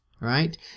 right